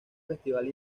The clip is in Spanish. festival